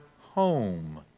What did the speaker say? home